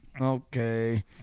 okay